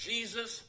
Jesus